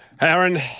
Aaron